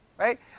Right